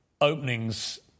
openings